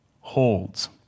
holds